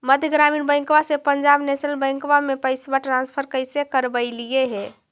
मध्य ग्रामीण बैंकवा से पंजाब नेशनल बैंकवा मे पैसवा ट्रांसफर कैसे करवैलीऐ हे?